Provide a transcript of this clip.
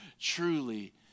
truly